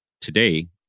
Today